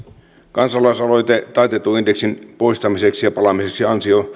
kansalaisaloite taitetun indeksin poistamiseksi ja palaamiseksi